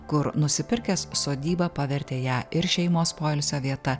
kur nusipirkęs sodybą pavertė ją ir šeimos poilsio vieta